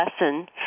lesson